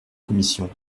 commission